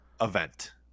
event